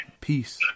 Peace